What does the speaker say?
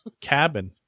cabin